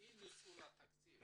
על אי ניצול התקציב